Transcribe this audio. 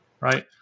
right